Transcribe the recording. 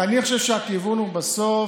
אני חושב שהכיוון הוא בסוף,